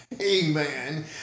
amen